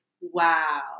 wow